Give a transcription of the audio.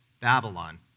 Babylon